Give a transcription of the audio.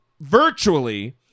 virtually